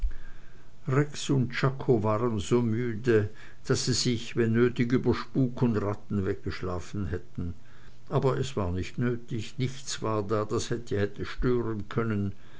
rex und czako waren so müde daß sie sich wenn nötig über spuk und ratten weggeschlafen hätten aber es war nicht nötig nichts war da was sie hätte stören können